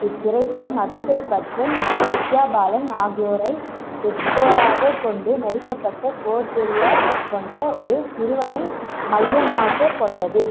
இத்திரைப்படம் அபிஷேக் பச்சன் வித்யா பாலன் ஆகியோரைப் பெற்றோராகக் கொண்டு நடிக்கப்பட்ட போர்ஜெரியா கொண்ட ஒரு சிறுவனை மையமாகக் கொண்டது